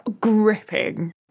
gripping